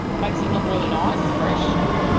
it makes him look really nice, fresh, and